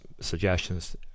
suggestions